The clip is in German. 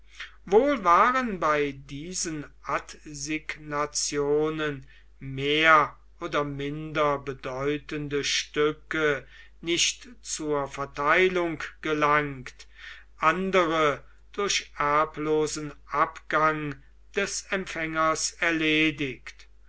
wohl waren bei diesen adsignationen mehr oder minder bedeutende stücke nicht zur verteilung gelangt andere durch erblosen abgang des empfängers erledigt